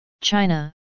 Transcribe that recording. China